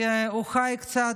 הוא חי קצת,